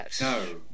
No